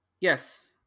Yes